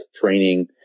training